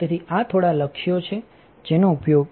તેથી આ થોડા લક્ષ્યો છે જેનો ઉપયોગ